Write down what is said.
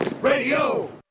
Radio